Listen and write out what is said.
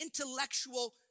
intellectual